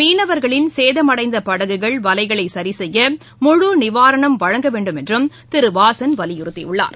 மீனவர்களின் சேதமடைந்த படகுகள் வலைகளை சரி செய்ய முழு நிவாரணம் வழங்க வேண்டும் என்றும் திரு வாசன் வலியுறுத்தியுள்ளார்